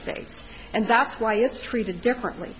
states and that's why it's treated differently